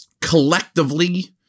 collectively